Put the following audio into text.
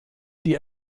die